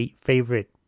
favorite